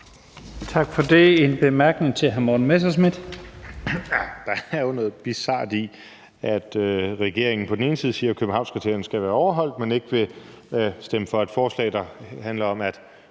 hr. Morten Messerschmidt. Kl. 16:43 Morten Messerschmidt (DF): Der er jo noget bizart i, at regeringen på den ene side siger, at Københavnskriterierne skal være overholdt, men ikke vil stemme for et forslag, der handler om, at